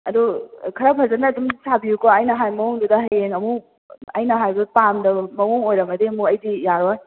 ꯑꯗꯣ ꯈꯔ ꯐꯖꯅ ꯑꯗꯨꯝ ꯁꯥꯕꯤꯌꯨꯀꯣ ꯑꯩꯅ ꯍꯥꯏꯕ ꯃꯑꯣꯡꯗꯨꯗ ꯍꯌꯦꯡ ꯑꯃꯨꯛ ꯑꯩꯅ ꯍꯥꯏꯕꯗꯣ ꯇꯥꯔꯝꯗꯕ ꯃꯑꯣꯡ ꯑꯣꯏꯔꯝꯃꯗꯤ ꯑꯃꯨꯛ ꯑꯩꯗꯤ ꯌꯥꯔꯣꯏ